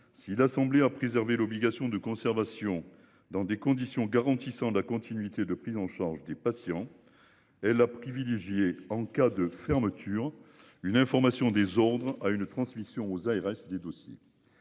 si l'Assemblée à préserver l'obligation de conservation dans des conditions garantissant la continuité de prise en charge des patients. Elle a privilégié en cas de fermeture, une information des ordres à une transmission aux ARS des dossiers.